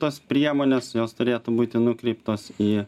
tos priemonės jos turėtų būti nukreiptos į